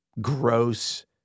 gross